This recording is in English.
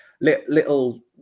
little